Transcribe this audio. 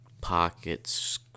pockets